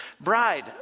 bride